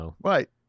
Right